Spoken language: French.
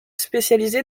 spécialisés